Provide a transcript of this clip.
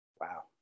Wow